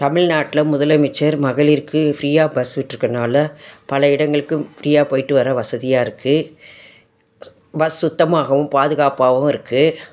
தமிழ்நாட்ல முதலமைச்சர் மகளிருக்கு ஃப்ரீயா பஸ் விட்டுருக்கனால பல இடங்களுக்கு ஃப்ரீயா போயிட்டு வர வசதியாக இருக்குது ஸ் பஸ் சுத்தமாகவும் பாதுகாப்பாகவும் இருக்குது